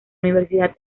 universidad